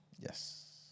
Yes